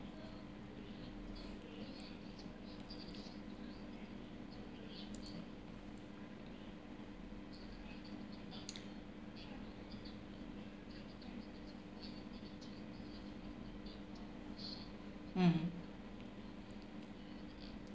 mm